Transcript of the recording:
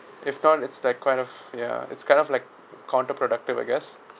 if can't it's like kind of ya it's kind of like counterproductive I guess